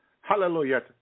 hallelujah